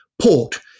port